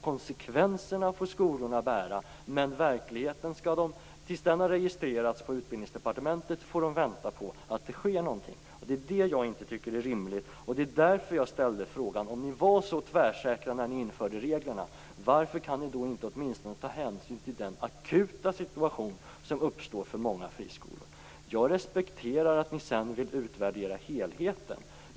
Konsekvenserna får skolorna bära, men till dess att verkligheten har registrerats på Utbildningsdepartementet får de vänta på att det skall ske någonting. Det är inte rimligt, och det var därför som jag ställde frågan: Om ni var så tvärsäkra när ni införde reglerna, varför kan ni inte åtminstone ta hänsyn till den akuta situation som uppstår för många friskolor? Jag respekterar att ni vill utvärdera helheten.